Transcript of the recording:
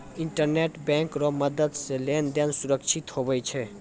internet bank रो मदद से लेन देन सुरक्षित हुवै छै